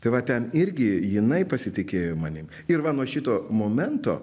tai va ten irgi jinai pasitikėjo manim ir va nuo šito momento